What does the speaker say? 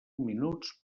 minuts